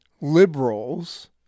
liberals